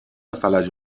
فلج